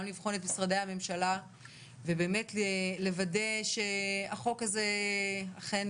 גם לבחון את משרדי הממשלה ובאמת לוודא שהחוק הזה אכן